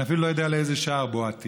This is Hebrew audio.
אני אפילו לא יודע לאיזה שער בועטים,